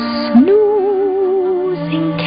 snoozing